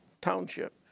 township